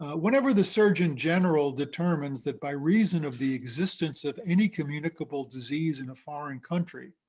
whenever the surgeon general determines that, by reason of the existence of any communicable disease in a foreign country,